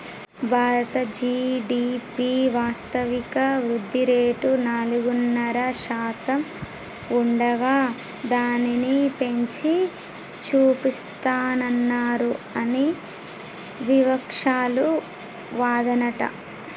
భారత జి.డి.పి వాస్తవిక వృద్ధిరేటు నాలుగున్నర శాతం ఉండగా దానిని పెంచి చూపిస్తానన్నారు అని వివక్షాలు వాదనట